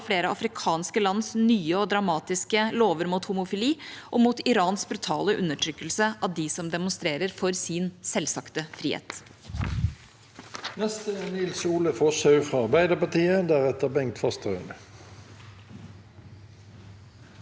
flere afrikanske lands nye og dramatiske lover mot homofili og mot Irans brutale undertrykkelse av dem som demonstrerer for sin selvsagte frihet.